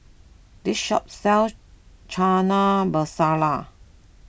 this shop sells Chana Masala